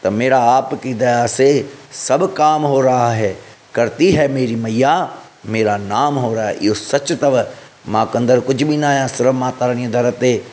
त मेरा आप की दया से सभु काम हो रहा है करती है मेरी मैया मेरा नाम हो रहा है इहो सच अथव मां कंदड़ कुझु बि न आहियां सिर माता रानीअ दर ते